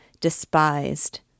despised